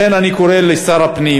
לכן אני קורא לשר הפנים,